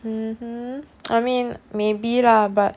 mmhmm I mean maybe lah but